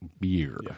beer